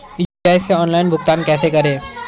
UPI से online भुगतान कैसे करें?